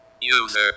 User